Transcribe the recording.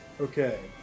Okay